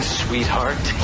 sweetheart